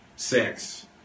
sex